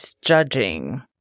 judging